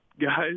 guys